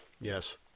Yes